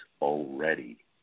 already